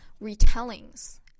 retellings